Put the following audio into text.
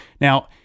now